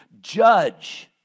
judge